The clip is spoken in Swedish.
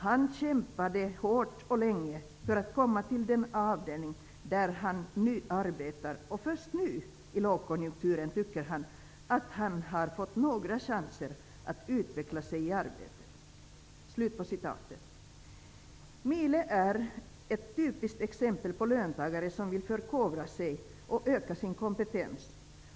Han kämpade hårt och länge för att komma till den avdelning där han nu arbetar och först nu i lågkonjunkturen tycker han att han har fått några chanser att utveckla sig i arbetet.'' Mile är ett typiskt exempel på löntagare som vill förkovra sig och öka sin kompetens.